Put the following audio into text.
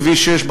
בכביש 6,